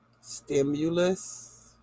Stimulus